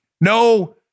No